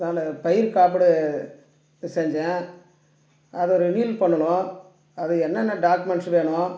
நான் பயிர் காப்பீடு செஞ்சேன் அதை ரினுல் பண்ணணும் அது என்னென்ன டாக்குமெண்ட்ஸ் வேணும்